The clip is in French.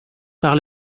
par